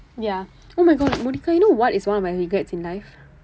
ya oh my god monica you know what is one of my regrets in life